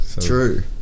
True